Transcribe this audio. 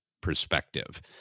perspective